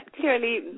clearly